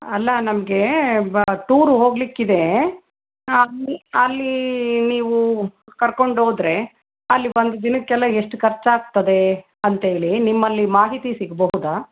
ಅಲ್ಲ ನಮಗೆ ಬ ಟೂರ್ ಹೋಗ್ಲಿಕ್ಕೆ ಇದೇ ಅಲ್ಲಿ ಅಲ್ಲೀ ನೀವು ಹೋದ್ರೆ ಅಲ್ಲಿ ಒಂದು ದಿನಕ್ಕೆ ಎಲ್ಲ ಎಷ್ಟು ಖರ್ಚ್ ಆಗ್ತದೆ ಅಂತೇಳಿ ನಿಮ್ಮಲ್ಲಿ ಮಾಹಿತಿ ಸಿಗ್ಬಹುದಾ